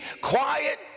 quiet